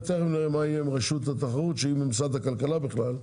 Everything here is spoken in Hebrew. ותכף נראה מה יהיה עם רשות התחרות שהיא ממשרד הכלכלה בכלל,